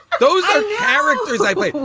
those characters i play.